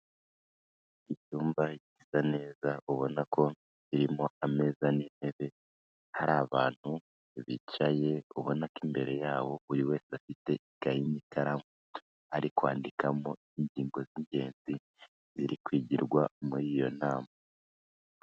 Icyumba gisa neza ubona ko kirimo ameza n'intebe hari abantu bicaye, ubona ko imbere yabo buri wese afite ikayi n'ikaramu. Ari wandikamo ingingo z'ingenzi ziri kwigirwa muri iyo nama.